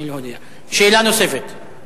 שאלה נוספת.